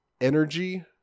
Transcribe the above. energy